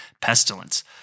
pestilence